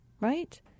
right